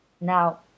Now